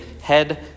head